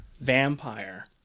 vampire